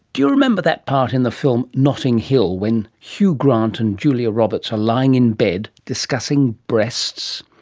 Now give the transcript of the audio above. do you remember that part in the film notting hill when hugh grant and julia roberts are lying in bed discussing breasts?